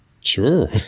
Sure